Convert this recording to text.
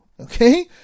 Okay